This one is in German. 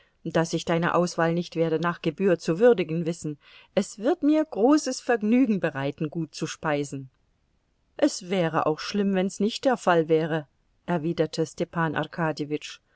daß ich deine auswahl nicht werde nach gebühr zu würdigen wissen es wird mir großes vergnügen bereiten gut zu speisen es wäre auch schlimm wenn's nicht der fall wäre erwiderte stepan